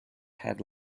head